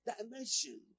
dimension